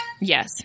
Yes